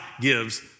gives